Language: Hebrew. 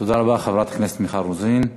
חברת הכנסת מיכל רוזין.